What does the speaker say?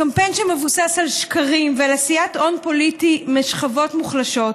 קמפיין שמבוסס על שקרים ועל עשיית הון פוליטי משכבות מוחלשות.